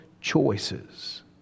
choices